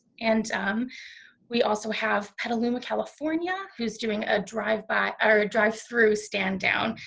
and we also have petaluma, california who's doing a drive-by or drive-thru stand down.